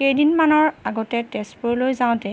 কেইদিনমানৰ আগতে তেজপুৰলৈ যাওঁতে